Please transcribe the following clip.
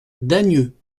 dagneux